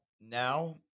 now